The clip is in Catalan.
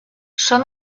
són